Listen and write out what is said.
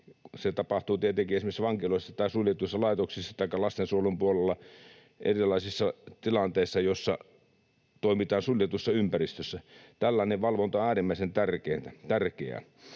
Se tapahtuu tietenkin esimerkiksi vankiloissa tai suljetuissa laitoksissa taikka lastensuojelun puolella erilaisissa tilanteissa, joissa toimitaan suljetussa ympäristössä. Tällainen valvonta on äärimmäisen tärkeää.